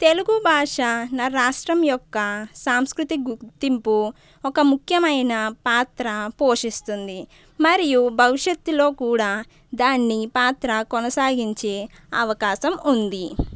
తెలుగుభాష నా రాష్ట్రం యొక్క సాంస్కృతిక గుర్తింపు ఒక ముఖ్యమైన పాత్ర పోషిస్తుంది మరియు భవిష్యత్తులో కూడా దాని పాత్ర కొనసాగించి అవకాశం ఉంది